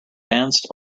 danced